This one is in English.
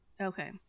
Okay